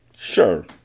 Sure